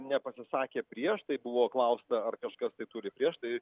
nepasisakė prieš tai buvo klausta ar kažkas tai turi prieš tai